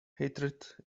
hatred